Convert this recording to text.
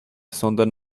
sondern